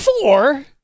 four